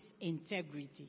integrity